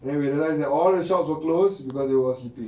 then we realized that all the shops were closed because they were all sleeping